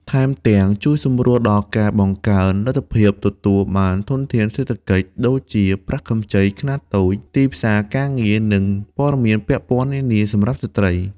ថែមទាំង ជួយសម្រួលដល់ការបង្កើនលទ្ធភាពទទួលបានធនធានសេដ្ឋកិច្ច ដូចជាប្រាក់កម្ចីខ្នាតតូច ទីផ្សារការងារ និងព័ត៌មានពាក់ព័ន្ធនានាសម្រាប់ស្ត្រី។